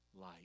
light